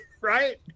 Right